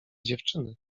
dziewczyny